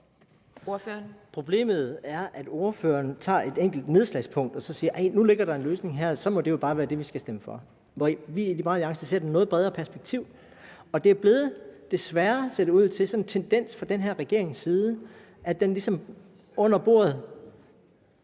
Møller Mortensen slår ned på et enkelt punkt og så siger: Ej, nu ligger der en løsning her, så må det jo bare være det, vi skal stemme for. I Liberal Alliance ser vi det i et noget bredere perspektiv. Det ser ud til, at det, desværre, er blevet sådan en tendens fra den her regerings side, at den ligesom under bordet